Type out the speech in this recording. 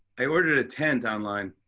i ordered a tent online.